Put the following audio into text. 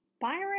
Byron